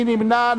מי נמנע?